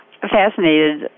fascinated